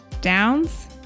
downs